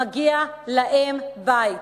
מגיע להם בית.